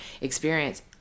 experience